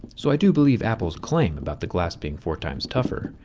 so i do believe apple's claim about the glass being four times tougher,